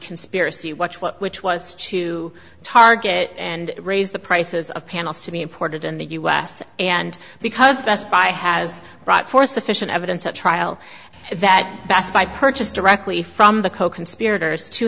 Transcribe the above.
conspiracy watch what which was to target and raise the prices of panels to be imported in the us and because best buy has brought forth sufficient evidence at trial that best buy purchase directly from the